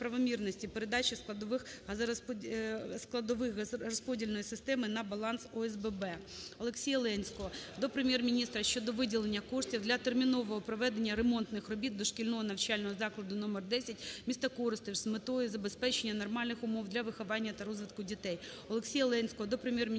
Олексія Ленського до Прем'єр-міністра щодо виділення коштів для термінового проведення ремонтних робіт дошкільного навчального закладу № 10 міста Коростишів з метою забезпечення нормальних умов для виховання та розвитку дітей. Олексія Ленського до Прем'єр-міністра